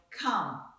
come